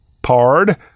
pard